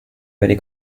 very